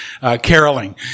caroling